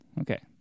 Okay